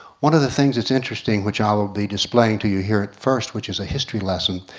one of the things that's interesting, which i'll be displaying to you here first, which is a history lesson,